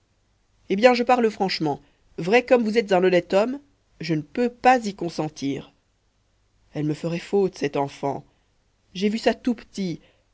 eh bien je parle franchement vrai comme vous êtes un honnête homme je ne peux pas y consentir elle me ferait faute cette enfant j'ai vu ça tout petit